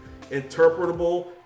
interpretable